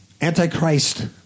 antichrist